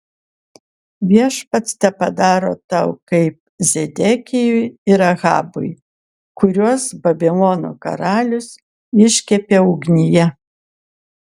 viešpats tepadaro tau kaip zedekijui ir ahabui kuriuos babilono karalius iškepė ugnyje